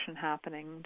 happening